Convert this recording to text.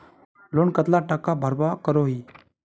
Loan कतला टाका भरवा करोही?